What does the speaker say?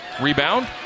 Rebound